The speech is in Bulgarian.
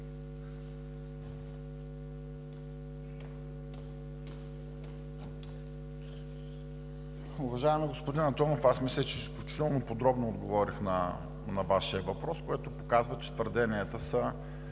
Уважаеми господин Антонов, аз мисля, че изключително подробно отговорих на Вашия въпрос, което показва, че твърденията в